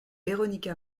veronica